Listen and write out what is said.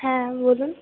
হ্যাঁ বলুন